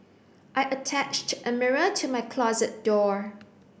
I attached a mirror to my closet door